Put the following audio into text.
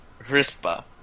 Rispa